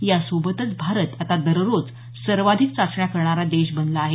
यासोबतच भारत आता दररोज सर्वाधिक चाचण्या करणारा देश बनला आहे